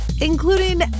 including